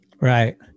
right